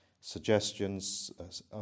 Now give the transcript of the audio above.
suggestions